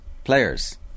Players